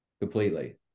Completely